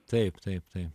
taip taip taip